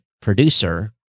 producer